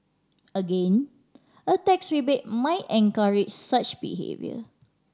again a tax rebate might encourage such behaviour